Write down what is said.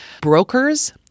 brokers